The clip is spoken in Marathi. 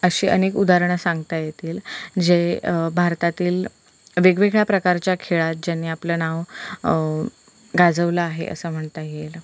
अशी अनेक उदाहरणं सांगता येतील जे भारतातील वेगवेगळ्या प्रकारच्या खेळात ज्यांनी आपलं नाव गाजवलं आहे असं म्हणता येईल